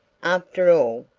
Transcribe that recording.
after all,